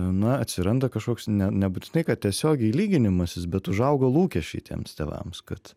na atsiranda kažkoks ne nebūtinai kad tiesiogiai lyginimasis bet užauga lūkesčiai tiems tėvams kad